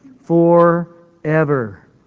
Forever